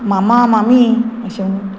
मामा मामी अशें